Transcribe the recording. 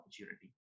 opportunity